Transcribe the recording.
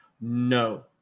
No